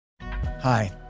Hi